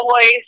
voice